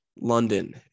London